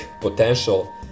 potential